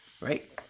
right